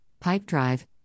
Pipedrive